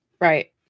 right